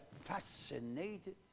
fascinated